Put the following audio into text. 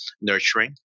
nurturing